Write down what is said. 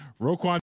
Roquan